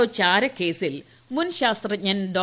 O ചാരക്കേസിൽ മുൻ ശാസ്ത്രജ്ഞൻ ഡോ